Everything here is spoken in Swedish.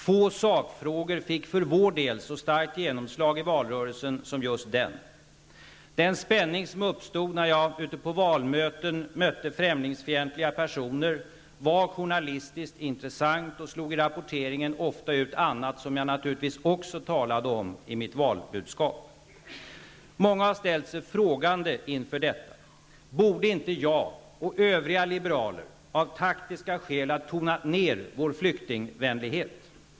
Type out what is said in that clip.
Få sakfrågor fick för vår del så starkt genomslag i valrörelsen som just den frågan. Den spänning som uppstod när jag på valmöten mötte främlingsfientliga personer var journalistiskt intressant och slog i rapporteringen ofta ut annat som jag naturligtvis också berörde i mitt valbudskap. Många har ställt sig frågande inför detta. Man undrar om inte jag och övriga liberaler av taktiska skäl borde ha tonat ner vår flyktingvänlighet.